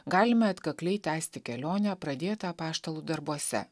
galime atkakliai tęsti kelionę pradėtą apaštalų darbuose